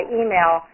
email